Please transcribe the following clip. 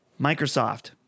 microsoft